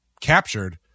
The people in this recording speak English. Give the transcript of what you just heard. captured